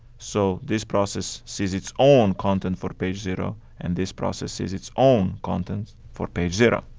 so this process sees its own content for page zero and this process sees its own content for page zero.